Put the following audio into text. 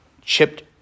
chipped